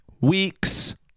weeks